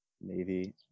Navy